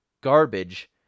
garbage